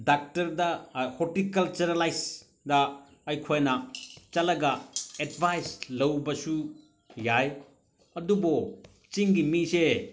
ꯗꯥꯛꯇꯔꯗ ꯍꯣꯔꯇꯤꯀꯜꯆꯔꯂꯥꯏꯁꯗ ꯑꯩꯈꯣꯏꯅ ꯆꯠꯂꯒ ꯑꯦꯠꯕꯥꯏꯁ ꯂꯧꯕꯁꯨ ꯌꯥꯏ ꯑꯗꯨꯕꯨ ꯆꯤꯡꯒꯤ ꯃꯤꯁꯦ